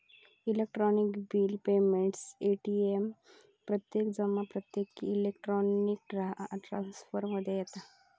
electronic bill payment, ATM प्रत्यक्ष जमा इत्यादी इलेक्ट्रॉनिक ट्रांसफर मध्ये येता